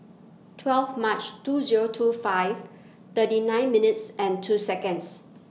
twelve March two Zero two five thirty nine minutes and two Seconds